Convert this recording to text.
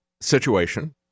situation